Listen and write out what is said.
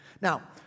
Now